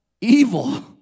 evil